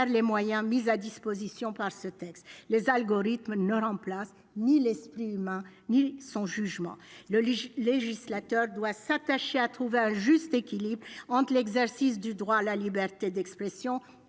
les moyens mis à disposition par ce texte, les algorithmes ne remplace ni l'esprit humain, ni son jugement, le législateur doit s'attacher à trouver un juste équilibre entre l'exercice du droit à la liberté d'expression